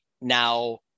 now